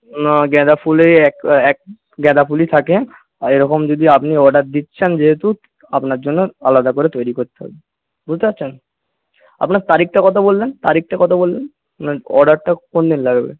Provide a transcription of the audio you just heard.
গাঁদা ফুলে এক এক গাঁদা ফুলই থাকে আর এরকম যদি আপনি অর্ডার দিচ্ছেন যেহেতু আপনার জন্য আলাদা করে তৈরি করতে হবে বুঝতে পারছেন আপনার তারিখটা কত বললেন তারিখটা কত বললেন অর্ডারটা কোনদিন লাগবে